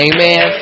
Amen